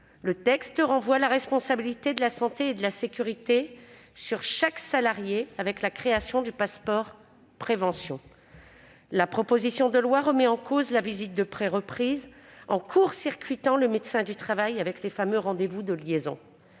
le texte renvoie la responsabilité de la santé et de la sécurité sur chaque salarié, avec la création du passeport de prévention. La proposition de loi remet en cause la visite de préreprise, en court-circuitant le médecin du travail avec les fameux « rendez-vous de liaison